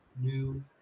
new